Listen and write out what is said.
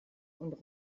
und